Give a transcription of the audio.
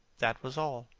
that was all.